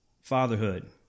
Fatherhood